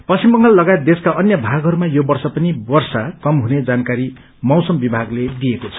पश्चिम बंगाल लगायत देशका अन्य भागहरूमा यो वर्ष पनि वर्षा कम हुने जानकारी मौसम विभागले दिएको छ